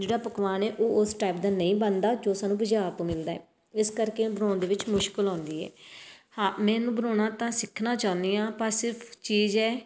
ਜਿਹੜਾ ਪਕਵਾਨ ਹੈ ਉਹ ਉਸ ਟਾਈਪ ਦਾ ਨਹੀਂ ਬਣਦਾ ਜੋ ਸਾਨੂੰ ਬਜ਼ਾਰ ਤੋਂ ਮਿਲਦਾ ਇਸ ਕਰਕੇ ਬਣਾਉਣ ਦੇ ਵਿੱਚ ਮੁਸ਼ਕਲ ਆਉਂਦੀ ਹੈ ਹਾਂ ਮੈਂ ਇਹਨੂੰ ਬਣਾਉਣਾ ਤਾਂ ਸਿੱਖਣਾ ਚਾਹੁੰਦੀ ਹਾਂ ਪਰ ਸਿਰਫ ਚੀਜ਼ ਹੈ